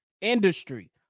industry